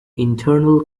internal